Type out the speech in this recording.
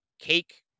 cake